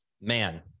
man